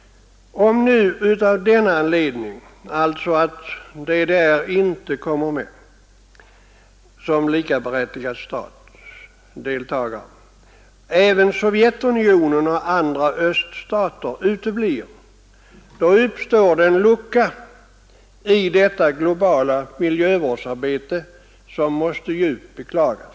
Om nu av denna anledning — alltså att DDR inte kommer med som likaberättigad deltagare — även Sovjetunionen och andra öststater uteblir, uppstår det en lucka i detta globala miljövårdsarbete som måste djupt beklagas.